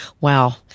wow